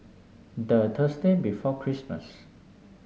the Thursday before Christmas